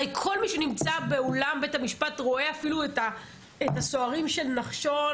הרי כל מי שנמצא באולם בית המשפט רואה את הסוהרים של נחשון,